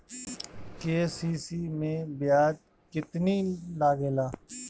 KCC मै ब्याज केतनि लागेला?